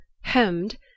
hemmed